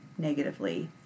negatively